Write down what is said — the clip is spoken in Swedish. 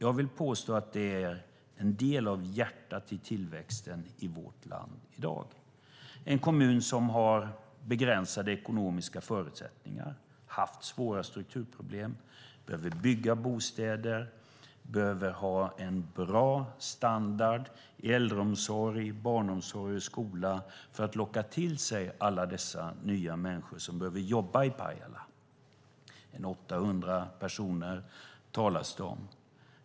Jag vill påstå att det är en del av hjärtat i tillväxten i vårt land i dag. Det handlar om en kommun som har begränsade ekonomiska förutsättningar och har haft svåra strukturproblem. Man vill bygga bostäder och behöver ha bra standard på äldreomsorg, barnomsorg och skola för att locka till sig alla dessa nya människor som behöver jobba i Pajala - 800 personer talas det om.